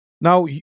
Now